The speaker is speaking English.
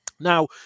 Now